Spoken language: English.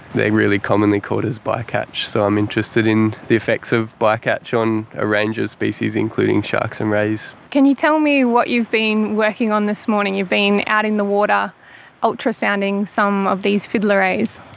they are really commonly caught as by-catch, so i'm interested in the effects of by-catch on a range of species, including sharks and rays. can you tell me what you've been working on this morning? you've been out in the water ultrasounding some of these fiddler rays.